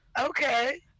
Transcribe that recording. okay